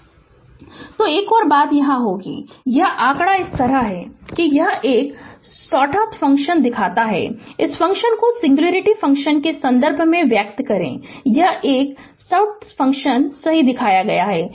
Refer Slide Time 2212 तो एक और बात यह होगी कि यह आंकड़ा इस तरह है कि यह एक सॉटोथ फ़ंक्शन दिखाता है इस फ़ंक्शन को सिंग्लुरिटी फ़ंक्शन के संदर्भ में व्यक्त करें यह एक सॉटूथ फ़ंक्शन सही दिया गया है